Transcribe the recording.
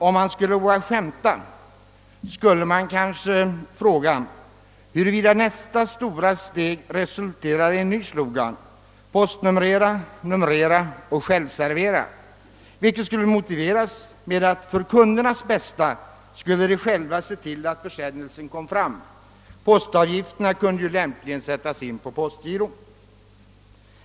Om man vågade skämta skulle man kanske fråga huruvida nästa stora steg resulterar i en ny slogan: »Postnumrera, numrera och självservera!» Denna slogan skulle motiveras med att kunderna för sitt eget bästa själva skulle se till att försändelserna kom fram. Postavgifterna kunde ju lämpligen sättas in på postgiro.